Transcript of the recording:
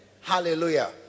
hallelujah